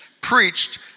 preached